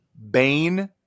Bane